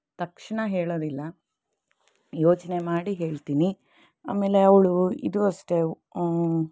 ತಕ್ಷಣ ಹೇಳೋದಿಲ್ಲ ಯೋಚನೆ ಮಾಡಿ ಹೇಳ್ತೀನಿ ಅಮೇಲೆ ಅವಳು ಇದು ಅಷ್ಟೇ